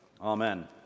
Amen